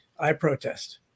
iProtest